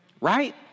right